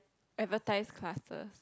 advertise classes